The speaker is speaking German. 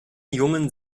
jungen